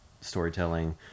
storytelling